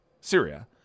Syria